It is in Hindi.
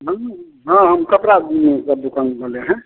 न न हाँ हम कपड़ा सब दुकान खोले हैं